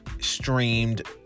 streamed